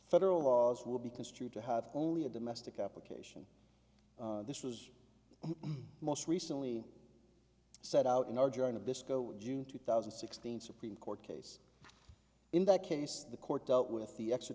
federal laws will be construed to have only a domestic application this was most recently set out in our joint of disco june two thousand and sixteen supreme court case in that case the court dealt with the